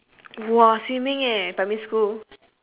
!wah! swimming eh primary school